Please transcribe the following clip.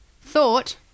thought